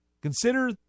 consider